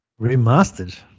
Remastered